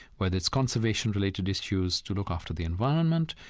whether it's conservation-related issues to look after the environment,